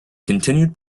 continued